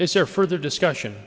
is there further discussion